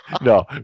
No